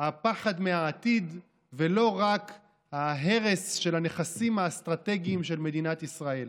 הפחד מהעתיד ולא רק ההרס של הנכסים האסטרטגיים של מדינת ישראל,